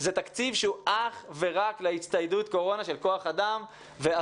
זה תקציב שהוא אך ורק להצטיידות כוח אדם בקורונה,